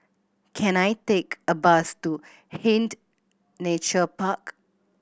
can I take a bus to Hind Nature Park